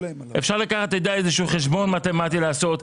אפשר לקחת איזה חשבון מתמטי לעשות,